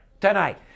Tonight